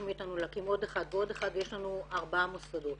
מאיתנו להקים עוד אחד ועוד אחד ויש לנו ארבעה מוסדות.